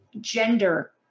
gender